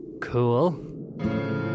Cool